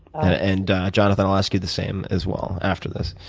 ah and, jonathan, i'll ask you the same as well after this.